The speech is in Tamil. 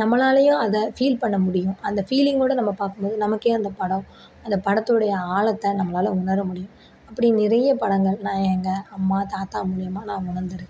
நம்மளாலேயும் அதை ஃபீல் பண்ண முடியும் அந்த ஃபீலிங்கோடு நம்ம பார்க்கும்போது நமக்கே அந்த படம் அந்த படத்துடைய ஆழத்தை நம்மளால் உணரமுடியும் அப்படி நிறைய படங்கள் நான் எங்கள் அம்மா தாத்தா மூலியமாக நான் உணர்ந்திருக்கேன்